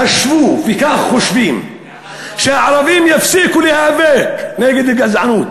חשבו וכך חושבים שהערבים יפסיקו להיאבק נגד הגזענות,